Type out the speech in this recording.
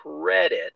credit